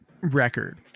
record